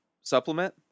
supplement